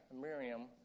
Miriam